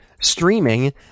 streaming